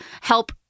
help